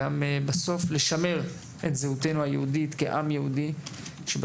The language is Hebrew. ובסוף גם לשמר את זהותנו היהודית כעם יהודי כאשר אני